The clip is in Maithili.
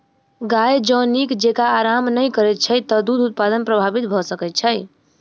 गाय जँ नीक जेँका आराम नै करैत छै त दूध उत्पादन प्रभावित भ सकैत छै